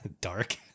dark